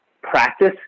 practice